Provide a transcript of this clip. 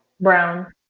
Brown